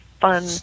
fun